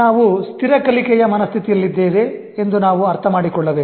ನಾವು ಸ್ಥಿರ ಕಲಿಕೆಯ ಮನಸ್ಥಿತಿಯಲ್ಲಿದ್ದೇವೆ ಎಂದು ನಾವು ಅರ್ಥ ಮಾಡಿಕೊಳ್ಳಬೇಕು